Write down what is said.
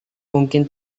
mungkin